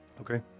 Okay